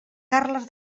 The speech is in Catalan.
carles